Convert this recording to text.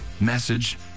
message